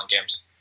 games